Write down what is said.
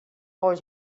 always